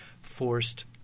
forced